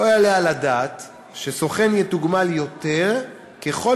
לא יעלה על הדעת שסוכן יתוגמל יותר ככל